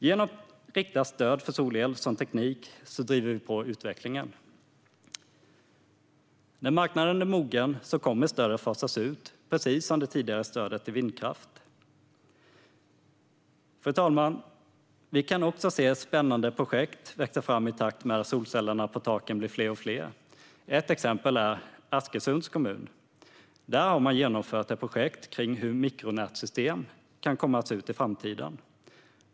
Genom riktat stöd till solel som teknik driver vi på utvecklingen. När marknaden är mogen kommer stödet att fasas ut, precis som det tidigare stödet för vindkraft. Fru talman! Vi kan också se spännande projekt växa fram i takt med att solcellerna på taken blir fler och fler. Ett exempel är Askersunds kommun. Där har man genomfört ett projekt kring hur mikronätsystem kan komma att se ut i framtiden.